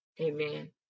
Amen